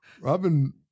Robin